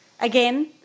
again